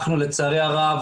לצערי הרב,